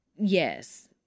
Yes